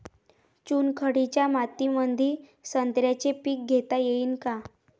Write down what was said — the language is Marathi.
चुनखडीच्या मातीमंदी संत्र्याचे पीक घेता येईन का?